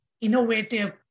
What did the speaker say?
innovative